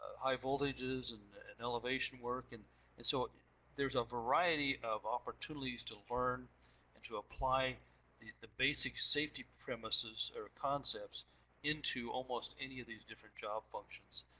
high voltages and elevation work. and and so there's a variety of opportunities to learn and to apply the the basic safety premises or concepts into almost any of these different job functions.